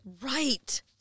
Right